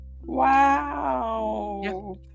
wow